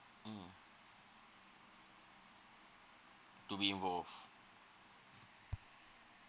mm to be involved